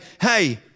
hey